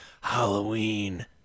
Halloween